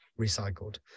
recycled